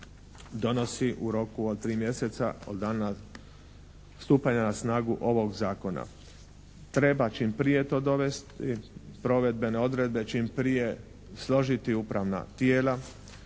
donosi u roku od tri mjeseca od dana stupanja na snagu ovog zakona. Treba čim prije to dovesti, provedbene odredbe, čim prije složiti upravna tijela,